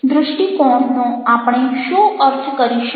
દ્રષ્ટિકોણનો આપણે શો અર્થ કરીશું